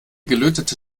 gelötete